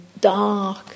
dark